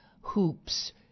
hoops